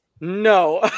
No